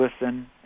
listen